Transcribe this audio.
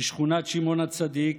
בשכונת שמעון הצדיק